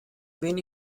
wen